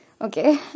Okay